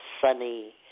sunny